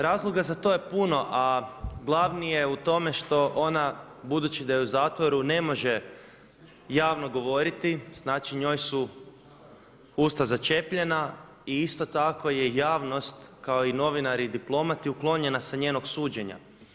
Razloga za to je puno a glavni je u tome što ona budući da je u zatvoru ne može javno govoriti, znači njoj su usta začepljena a isto tako je i javnost, kao i novinari i diplomati uklonjena sa njenog suđenja.